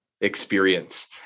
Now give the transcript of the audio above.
experience